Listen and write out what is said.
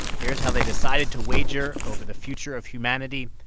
here's how they decided to wager over the future of humanity.